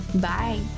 Bye